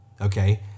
okay